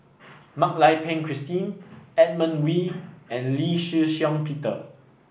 Mak Lai Peng Christine Edmund Wee and Lee Shih Shiong Peter